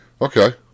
Okay